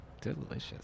Delicious